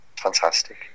Fantastic